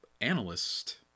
analyst